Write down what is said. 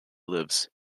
lives